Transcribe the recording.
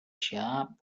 shop